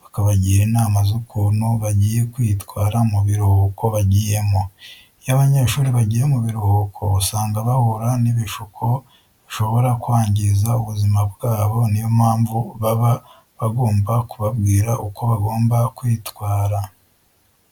bakabagira inama z'ukuntu bagiye kwitwara mu biruhuko bagiyemo. Iyo abanyeshuri bagiye mu biruhuko usanga bahura n'ibishuko bishobora kwangiza ubuzima bwabo, niyo mpamvu baba bagomab kubabwira uko bagomba kwitwara.